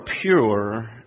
pure